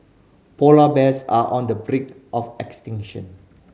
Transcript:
polar bears are on the brink of extinction